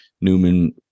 newman